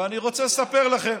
ואני רוצה לספר לכם.